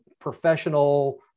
professional